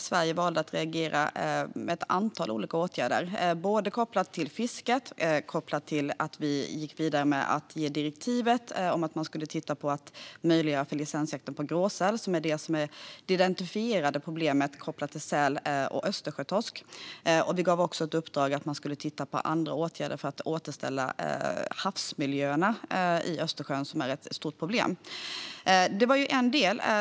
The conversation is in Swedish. Sverige valde att reagera med ett antal olika åtgärder kopplat både till fisket och till att vi gick vidare med att ge direktiv om att titta på att möjliggöra licensjakt på gråsäl, som är det problem som har identifierats kopplat till östersjötorsk. Vi gav också ett uppdrag om att titta på andra åtgärder för att återställa havsmiljöerna i Östersjön, som är ett stort problem. Det var den ena delen.